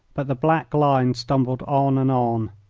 but the black line stumbled on and on.